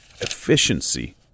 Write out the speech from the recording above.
efficiency